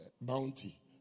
bounty